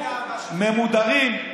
ממודרים,